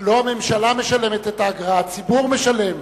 שלא הממשלה משלמת את האגרה, הציבור משלם.